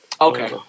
Okay